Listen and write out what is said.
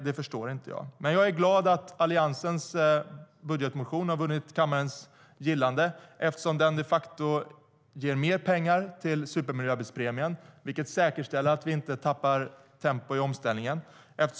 Det förstår inte jag. Men jag är glad att Alliansens budgetmotion har vunnit kammarens gillande, eftersom den de facto ger mer pengar till supermiljöbilspremien, vilket säkerställer att vi inte tappar tempo i omställningen.